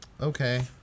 Okay